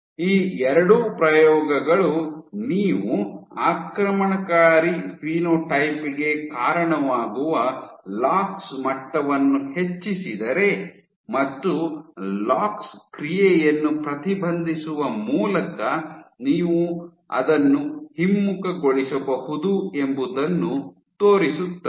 ಈ ಎರಡೂ ಪ್ರಯೋಗಗಳು ನೀವು ಆಕ್ರಮಣಕಾರಿ ಫಿನೋಟೈಪ್ ಗೆ ಕಾರಣವಾಗುವ ಲಾಕ್ಸ್ ಮಟ್ಟವನ್ನು ಹೆಚ್ಚಿಸಿದರೆ ಮತ್ತು ಲಾಕ್ಸ್ ಕ್ರಿಯೆಯನ್ನು ಪ್ರತಿಬಂಧಿಸುವ ಮೂಲಕ ನೀವು ಅದನ್ನು ಹಿಮ್ಮುಖಗೊಳಿಸಬಹುದು ಎಂಬುದನ್ನು ತೋರಿಸುತ್ತದೆ